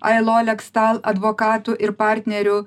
ailolekstal advokatu ir partneriu